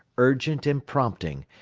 urgent and prompting,